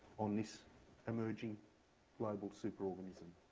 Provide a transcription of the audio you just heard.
um this emerging global superorganisms.